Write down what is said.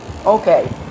Okay